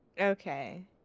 Okay